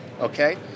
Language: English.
okay